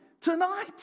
tonight